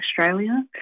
Australia